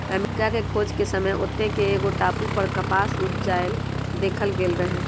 अमरिका के खोज के समय ओत्ते के एगो टापू पर कपास उपजायल देखल गेल रहै